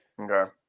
Okay